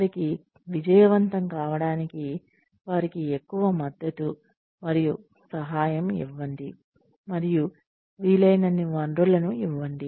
వారికి విజయవంతం కావడానికి వారికి ఎక్కువ మద్దతు మరియు సహాయం ఇవ్వండి మరియు వీలైనన్ని వనరులను ఇవ్వండి